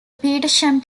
petersham